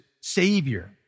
savior